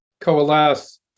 coalesce